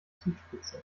zugspitze